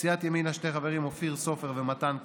סיעת ימינה, שני חברים: אופיר סופר ומתן כהנא,